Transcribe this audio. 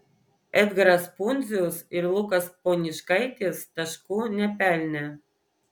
edgaras pundzius ir lukas poniškaitis taškų nepelnė